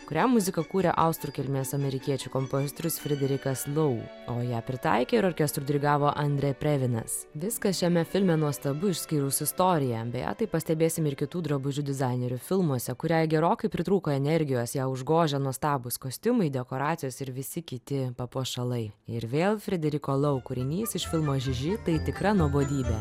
kuriam muziką kūrė austrų kilmės amerikiečių kompozitorius frederikas lou o ją pritaikė ir orkestrui dirigavo andrė previnas viskas šiame filme nuostabu išskyrus istoriją beje tai pastebėsim ir kitų drabužių dizainerių filmuose kuriai gerokai pritrūko energijos ją užgožia nuostabūs kostiumai dekoracijos ir visi kiti papuošalai ir vėl frederiko lou kūrinys iš filmo žiži tai tikra nuobodybė